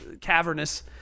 cavernous